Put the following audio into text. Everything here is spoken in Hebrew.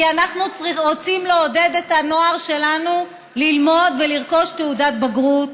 כי אנחנו רוצים לעודד את הנוער שלנו ללמוד ולרכוש תעודת בגרות,